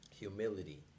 humility